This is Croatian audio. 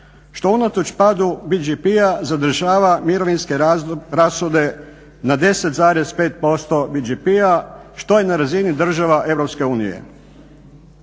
što unatoč padu BDP-a zadržava mirovinske rashode na 10,5% BDP-a što je na razini država EU.